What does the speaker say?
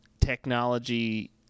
technology